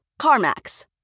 CarMax